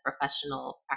professional